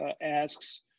asks